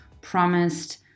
promised